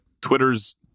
twitter's